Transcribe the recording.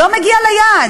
לא מגיע ליעד.